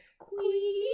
Queen